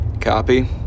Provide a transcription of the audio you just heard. Copy